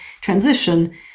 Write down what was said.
transition